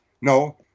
No